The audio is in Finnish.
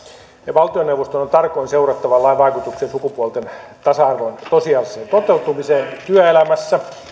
valtioneuvoston on tarkoin seurattava lain vaikutuksia sukupuolten tasa arvon tosiasialliseen toteutumiseen työelämässä